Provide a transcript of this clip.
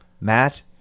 Matt